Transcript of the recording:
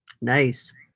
Nice